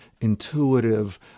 intuitive